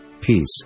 peace